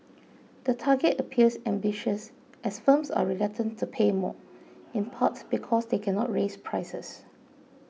the target appears ambitious as firms are reluctant to pay more in part because they cannot raise prices